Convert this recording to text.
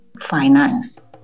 finance